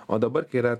o dabar yra